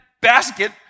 basket